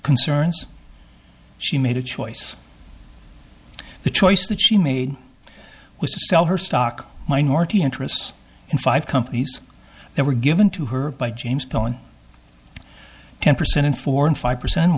concerns she made a choice the choice that she made was to sell her stock minority interests in five companies that were given to her by james ten percent in four and five percent